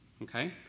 Okay